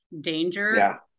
danger